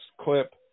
clip